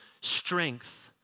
strength